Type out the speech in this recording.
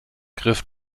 griff